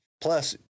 Plus